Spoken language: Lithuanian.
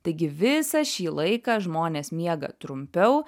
taigi visą šį laiką žmonės miega trumpiau